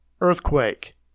Earthquake